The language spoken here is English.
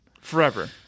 Forever